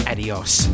Adios